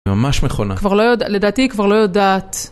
ממש מכונה. כבר לא יודע, לדעתי היא כבר לא יודעת.